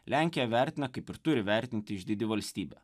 lenkija vertina kaip ir turi vertinti išdidi valstybė